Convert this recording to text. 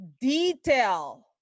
detail